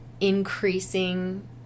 increasing